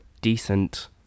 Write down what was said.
decent